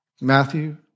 Matthew